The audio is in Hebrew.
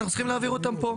ואנחנו צריכים להעביר אותם פה.